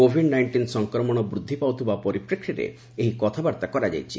Covid nineteen ସଂକ୍ରମଣ ବୃଦ୍ଧି ପାଉଥିବା ପରିପ୍ରେକ୍ଷୀରେ ଏହି କଥାବାର୍ତ୍ତା କରାଯାଇଛି